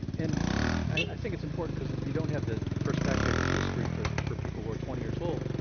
and i think it's important cause you don't have the perspective of history for for people who are twenty years old.